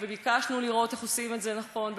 וביקשנו לראות איך עושים את זה נכון,